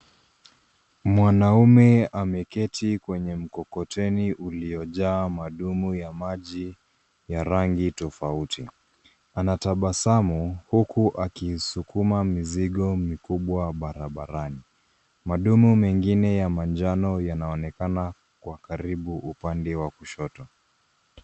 Mwanaume ameketi kwenye mkokoteni uliojaa madumu ya maji ya rangi tofauti. Anatabasamu huku anasukuma mizigo mikubwa barabarani. Madumu mengine ya manjano yanaonekana kwa karibu upande wa kushoto.